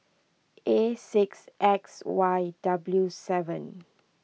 A six X Y W seven